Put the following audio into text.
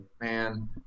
man